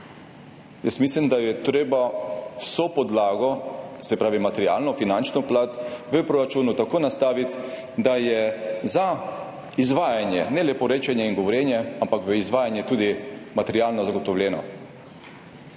Mislim, da je treba vso podlago, se pravi materialno, finančno plat, v proračunu nastaviti tako, da je izvajanje, ne leporečenje in govorjenje, ampak izvajanje tudi materialno zagotovljeno.